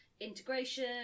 integration